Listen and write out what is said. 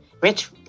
Rich